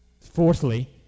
Fourthly